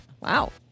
Wow